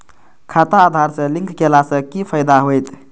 खाता आधार से लिंक केला से कि फायदा होयत?